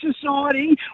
society